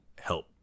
help